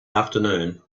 afternoon